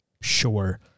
Sure